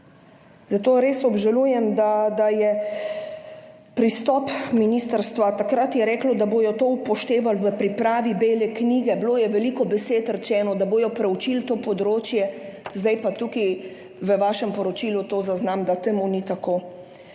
Zato res obžalujem, da je pristop ministrstva … Takrat je reklo, da bodo to upoštevali v pripravi bele knjige. Veliko besed je bilo rečenih, da bodo preučili to področje, zdaj pa tukaj v vašem poročilu zaznam, da ni tako.